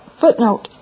Footnote